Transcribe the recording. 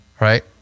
Right